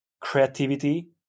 creativity